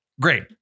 Great